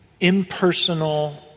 impersonal